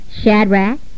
Shadrach